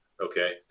Okay